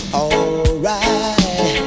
alright